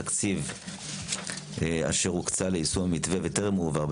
התקציב אשר הוקצה ליישום המתווה וטרם הועבר,